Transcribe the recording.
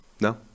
No